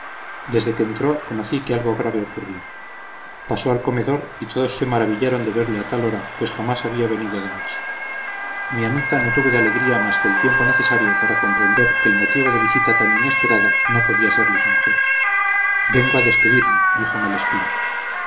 desde que entró conocí que algo grave ocurría pasó al comedor y todos se maravillaron de verle a tal hora pues jamás había venido de noche mi amita no tuvo de alegría más que el tiempo necesario para comprender que el motivo de visita tan inesperada no podía ser lisonjero vengo a despedirme dijo malespina